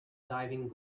diving